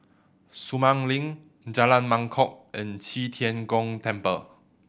Sumang Link Jalan Mangkok and Qi Tian Gong Temple